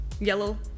yellow